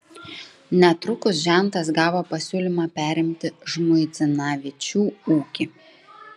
netrukus žentas gavo pasiūlymą perimti žmuidzinavičių ūkį